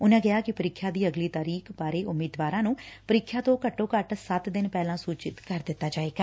ਉਨੂਾ ਕਿਹਾ ਕਿ ਪ੍ਰੀਖਿਆ ਦੀ ਅਗਲੀ ਤਾਰੀਖ਼ ਬਾਰੇ ਉਮੀਦਵਾਰਾਂ ਨੂੰ ਪ੍ਰੀਖਿਆ ਤੋਂ ਘੱਟੋ ਘੱਟ ਸੱਤ ਦਿਨ ਪਹਿਲਾ ਸੁਚਿਤ ਕਰ ਦਿੱਤਾ ਜਾਵੇਗਾ